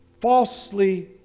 Falsely